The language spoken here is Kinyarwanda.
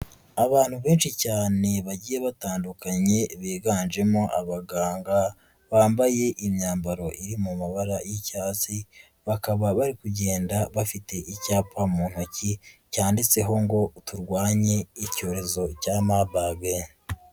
Abantu benshi cyane bagiye batandukanye biganjemo abaganga bambaye imyambaro iri mu mabara y'icyatsi, bakaba bari kugenda bafite icyapa mu ntoki cyanditseho ngo turwanye icyorezo cya marburg.